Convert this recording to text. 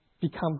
become